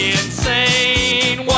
insane